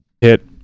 Hit